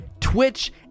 Twitch